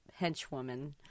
henchwoman